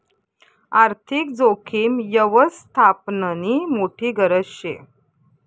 आर्थिक जोखीम यवस्थापननी मोठी गरज शे